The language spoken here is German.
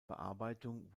bearbeitung